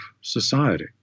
society